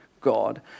God